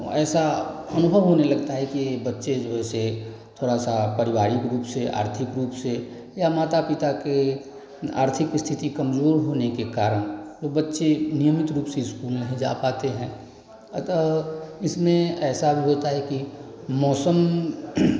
ऐसा अनुभव होने लगता है कि बच्चे जो है से थोड़ा सा पारिवारिक रूप से आर्थिक रूप से या माता पिता के आर्थिक स्थिति कमज़ोर होने के कारण बच्चे नियमित रूप से स्कूल नहीं जा पाते हैं अतः इसमें ऐसा भी होता है कि मौसम